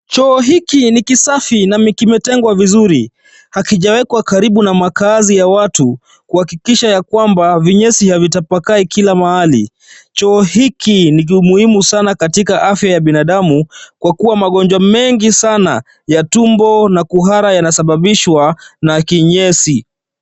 Choo hiki ni kisafi na kimetengwa vizuri . Hakijawekwa karibu na makaazi ya watu , kuhakikisha ya kwamba vinyesi vya watu havitapakai kila mahali . Choo hiki ni muhimu sana katika afya ya binadamu kwa kiwa magonjwa mengi sana ya tumbo na kuhara yanasababishwa na kinyesi .